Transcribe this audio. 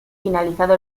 finalizado